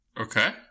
Okay